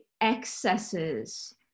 excesses